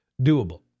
doable